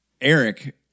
Eric